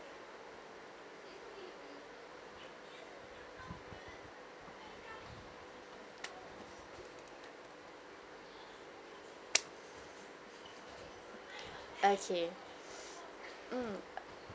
okay mm